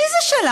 מי זה "שלנו"?